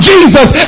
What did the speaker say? Jesus